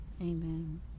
Amen